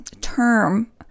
term